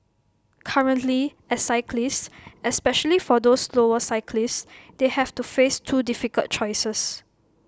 currently as cyclists especially for those slower cyclists they have to face two difficult choices